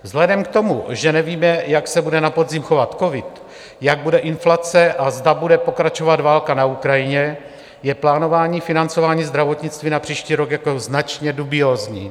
Vzhledem k tomu, že nevíme, jak se bude na podzim chovat covid, jaká bude inflace a zda bude pokračovat válka na Ukrajině, je plánování financování zdravotnictví na příští rok značně dubiózní.